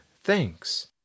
thanks